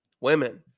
Women